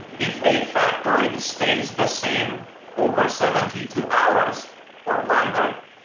if a factoid and stays the same over seventy two hours or longer,